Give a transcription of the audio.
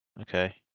Okay